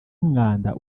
umwanda